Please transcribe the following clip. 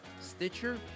Stitcher